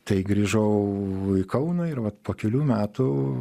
tai grįžau į kauną ir vat po kelių metų